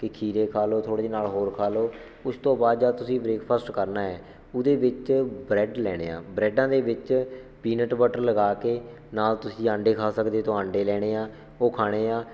ਕਿ ਖੀਰੇ ਖਾ ਲਓ ਥੋੜ੍ਹੇ ਜਿਹੇ ਨਾਲ ਹੋਰ ਖਾ ਲਓ ਉਸ ਤੋਂ ਬਾਅਦ ਜਦ ਤੁਸੀਂ ਬ੍ਰੇਕਫਾਸਟ ਕਰਨਾ ਹੈ ਉਹਦੇ ਵਿੱਚ ਬਰੈੱਡ ਲੈਣੇ ਆ ਬਰੈੱਡਾਂ ਦੇ ਵਿੱਚ ਪੀਨਟ ਬਟਰ ਲਗਾ ਕੇ ਨਾਲ ਤੁਸੀਂ ਆਂਡੇ ਖਾ ਸਕਦੇ ਤੋਂ ਆਂਡੇ ਲੈਣੇ ਹੈ ਉਹ ਖਾਣੇ ਹੈ